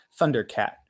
Thundercat